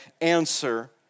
answer